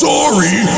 Sorry